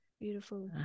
Beautiful